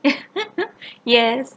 yes